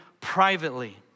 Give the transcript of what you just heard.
privately